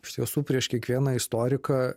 iš tiesų prieš kiekvieną istoriką